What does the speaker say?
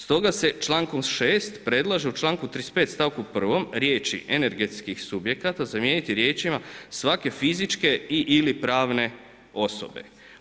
Stoga se člankom 6. predlaže u članku 35. stavku 1. riječi „energetskih subjekata“ zamijeniti riječima „svake fizičke i/ili pravne osobe“